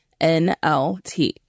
NLT